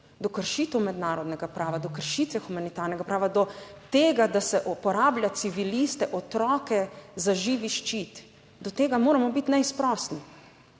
do kršitev mednarodnega prava, do kršitve humanitarnega prava, do tega, da se uporablja civiliste, otroke za živi ščit, do tega moramo biti neizprosni.